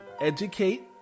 educate